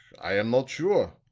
i am not sure.